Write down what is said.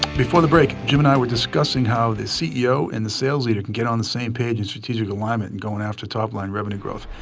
before the break, jim and i were discussing how the ceo and the sales leader can get on the same page of strategic alignment. in going after top line revenue growth.